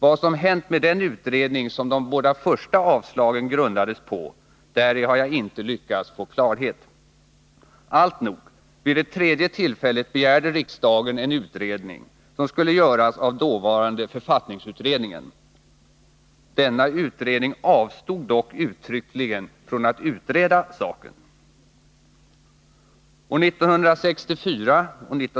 Vad som hänt med den utredning som de båda första avslagen grundades på, däri har jag inte lyckats få klarhet. Alltnog, vid det tredje tillfället begärde riksdagen en utredning som skulle göras av dåvarande författningsutredningen. Denna utredning avstod dock uttryckligen från att utreda saken.